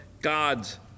god's